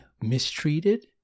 mistreated